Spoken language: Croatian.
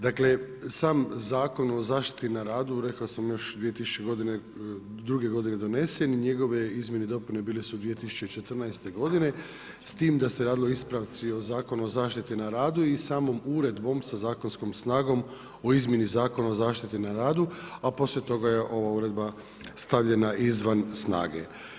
Dakle, sam Zakon o zaštiti na radu, rekao sam još 2002. godine donesen i njegove izmjene i dopune bile su 2014. godine, s tim da se radilo o ispravci o Zakonu o zaštiti na radu i samom Uredbom sa zakonskom snagom o izmjeni Zakona o zaštiti na radu, a poslije toga je ova Uredba stavljena izvan snage.